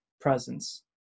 presence